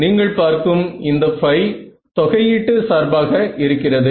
நீங்கள் பார்க்கும் இந்த Φ தொகையீட்டு சார்பாக இருக்கிறது